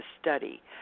study